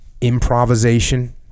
Improvisation